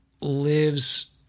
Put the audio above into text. lives